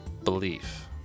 Belief